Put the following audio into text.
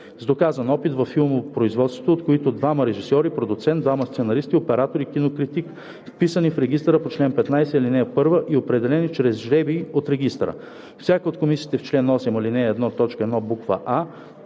с доказан опит във филмопроизводството, от които – двама режисьори, продуцент, двама сценаристи, оператор и кинокритик, вписани в регистъра по чл. 15, ал. 1 и определени чрез жребий от регистъра. Всяка от комисиите по чл. 8, ал. 1, т. 1, буква